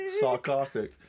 Sarcastic